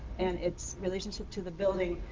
and its relationship to the building,